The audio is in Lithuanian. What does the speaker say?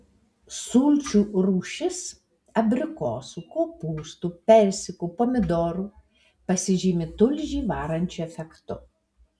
sulčių rūšis abrikosų kopūstų persikų pomidorų pasižymi tulžį varančiu efektu